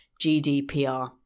GDPR